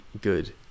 good